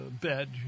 bed